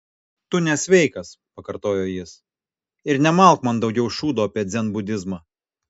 tu nesveikas pakartojo jis ir nemalk man daugiau šūdo apie dzenbudizmą